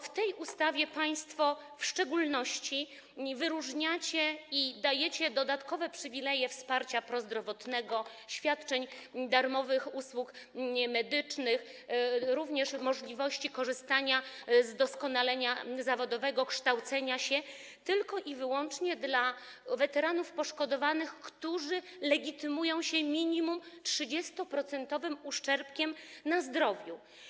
W tej ustawie państwo w szczególności wyróżniacie i dajecie dodatkowe przywileje, tj. wsparcie prozdrowotne, świadczenie darmowych usług medycznych, również możliwość korzystania z doskonalenia zawodowego, z kształcenia się, tylko i wyłącznie weteranom poszkodowanym, którzy legitymują się minimum 30-procentowym uszczerbkiem na zdrowiu.